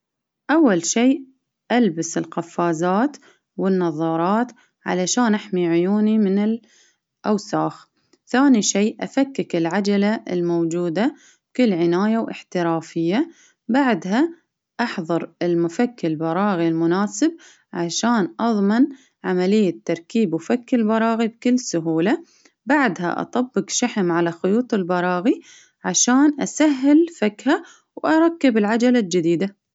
أول شيء ألبس القفازات والنظارات علشان أحمي عيوني من الأوساخ، ثاني شيء أفكك العجلة الموجودة في العناية، وإحترافية، بعدها أحضر المفك البراغي المناسب، عشان أظمن تركيب وفك المراغي بكل سهولة. بعدها أطبق شحم على خيوط البراغي، عشان أسهل فكه، وأركب العجلة الجديدة.